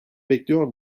bekliyor